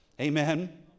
Amen